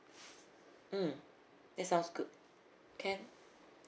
mm that sounds good can